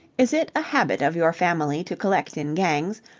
is it a habit of your family to collect in gangs,